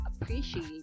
appreciate